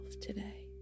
today